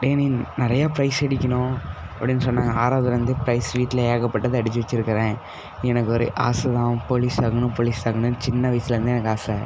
டேய் நீ நிறையா ஃப்ரைஸ் அடிக்கணும் அப்படின்னு சொன்னாங்க ஆறாவதில் இருந்து ப்ரைஸ் வீட்டில் ஏகப்பட்டது அடித்து வச்சுருக்குறேன் எனக்கு ஒரு ஆசை தான் போலீஸ் ஆகணும் போலீஸ் ஆகணும் சின்ன வயசுலேருந்தே எனக்கு ஆசை